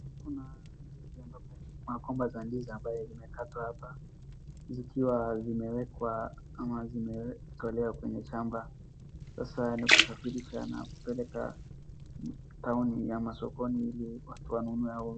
Kuna ndizi ambapo magomba za ndizi ambazo zimekatwa hapa zikiwa zimewekwa ama zimetolewa kwenye shamba sasa ni kusafirisha na kupeleka taoni ya masokoni ili watu wanunue.